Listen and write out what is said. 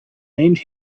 made